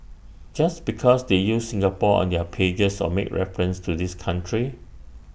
just because they use Singapore on their pages or make references to this country